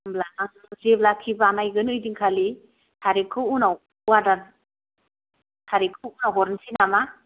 ओमब्ला आं जेब्लाखि बानायगोन ओयदिनखालि तारिकखौ उनाव अर्डार तारिकखौ उनाव हरसै नामा